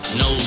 no